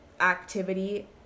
activity